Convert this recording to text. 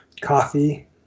coffee